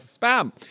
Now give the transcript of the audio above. Spam